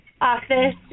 office